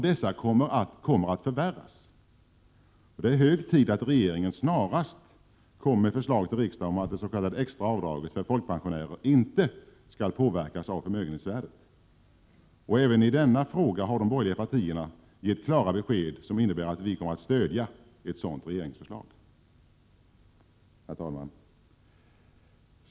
Dessa kommer att förvärras. Det är hög tid ätt regeringen snarast kommer med förslag till riksdagen om att dets.k. extra avdraget för folkpensionärer inte skall påverkas av förmögenhetsvärdet. Även i denna fråga har de borgerliga partierna gett klara besked som innebär att vi kommer att stödja ett sådant regeringsförslag. Herr talman!